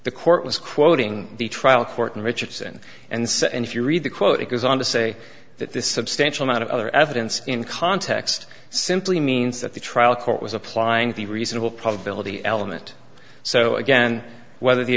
the court was quoting the trial court in richardson and said and if you read the quote it goes on to say that this substantial amount of other evidence in context simply means that the trial court was applying the reasonable probability element so again whether the